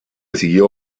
siguió